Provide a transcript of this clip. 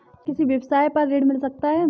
क्या किसी व्यवसाय पर ऋण मिल सकता है?